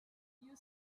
you